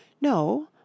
No